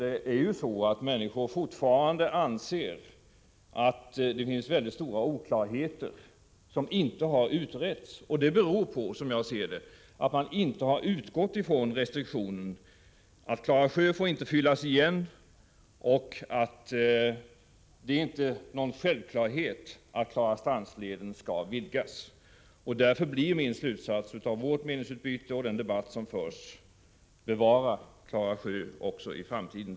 Det är ju så att människor anser att det fortfarande finns stora oklarheter som inte har utretts. Som jag ser det beror detta på att man inte har utgått från restriktionen att Klara sjö inte får fyllas igen eller att det inte är någon självklarhet att Klarastrandsleden skall vidgas. Därför blir min slutsats av vårt meningsutbyte och den debatt som förs: Bevara Klara sjö också i framtiden!